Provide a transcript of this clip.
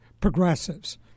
progressives